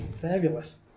Fabulous